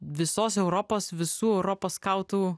visos europos visų europos skautų